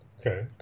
Okay